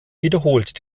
wiederholt